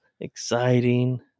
exciting